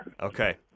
Okay